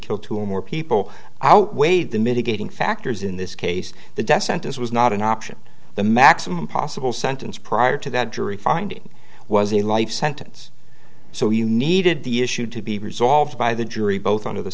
kill two or more people outweighed the mitigating factors in this case the death sentence was not an option the maximum possible sentence prior to that jury finding was a life sentence so you needed the issue to be resolved by the jury both on